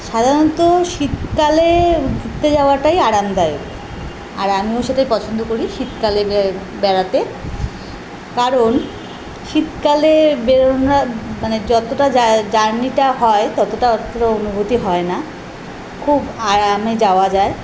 সাধারণত শীতকালে ঘুরতে যাওয়াটাই আরামদায়ক আর আমিও সেটাই পছন্দ করি শীতকালে বেড়াতে কারণ শীতকালে বেড়নো মানে যতটা জার্নিটা হয় ততটা অত অনুভূতি হয় না খুব আরামে যাওয়া যায়